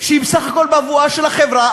שהיא בסך הכול בבואה של החברה,